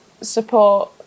support